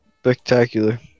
spectacular